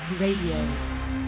Radio